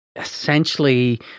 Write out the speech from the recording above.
essentially